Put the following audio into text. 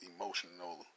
Emotional